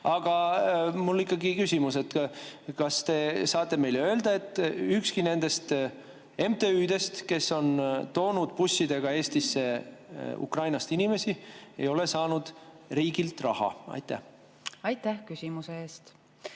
Aga mul on ikkagi küsimus: kas te saate meile öelda, et ükski nendest MTÜ-dest, kes on toonud bussidega Eestisse Ukrainast inimesi, ei ole saanud riigilt raha? Aitäh, see oli selge